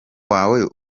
wawe